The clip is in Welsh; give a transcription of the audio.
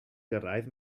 gyrraedd